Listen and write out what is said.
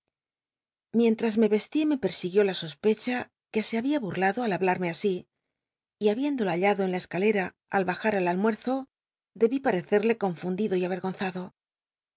mientras me yestí me persiguió la sospecha que se babia bul'lado al hablarme así y habiéndola hallado en la escale a al bajar al almuerzo debí parecerle confundido y ayctgonzado